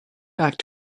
act